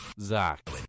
Zach